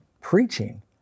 preaching